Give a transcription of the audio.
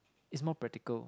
is more practical